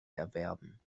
erwerben